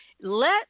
let